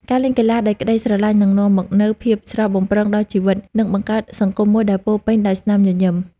ការលេងកីឡាដោយក្តីស្រឡាញ់នឹងនាំមកនូវភាពស្រស់បំព្រងដល់ជីវិត និងបង្កើតសង្គមមួយដែលពោរពេញដោយស្នាមញញឹម។